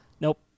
Nope